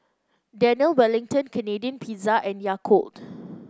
Daniel Wellington Canadian Pizza and Yakult